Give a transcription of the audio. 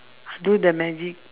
do the magic